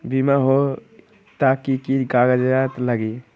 बिमा होई त कि की कागज़ात लगी?